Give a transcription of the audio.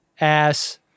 ass